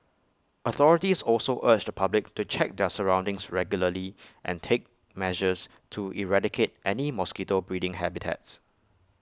authorities also urge the public to check their surroundings regularly and take measures to eradicate any mosquito breeding habitats